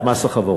את מס החברות,